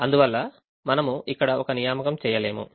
అందువల్ల మనము ఇక్కడ ఒక నియామకం చేయలేము